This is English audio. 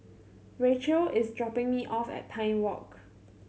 Rachael is dropping me off at Pine Walk